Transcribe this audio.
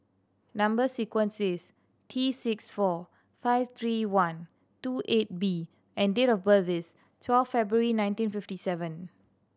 number sequence is T six four five three one two eight B and date of birth is twelve February nineteen fifty seven